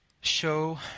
show